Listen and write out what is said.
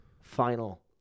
final